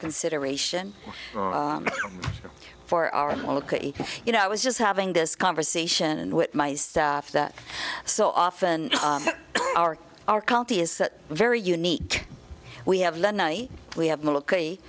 consideration for are you know i was just having this conversation with my staff that so often our our county is very unique we have we have military